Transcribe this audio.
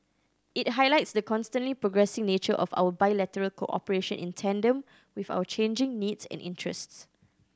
it highlights the constantly progressing nature of our bilateral cooperation in tandem with our changing needs and interests